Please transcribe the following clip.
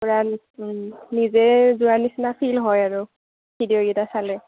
পুৰা নিজে যোৱা নিচিনা ফিল হয় আৰু ভিডিঅ'কেইটা চালে